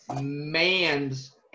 mans